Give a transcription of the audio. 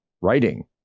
writing